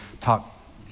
talk